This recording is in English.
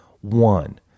one